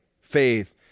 faith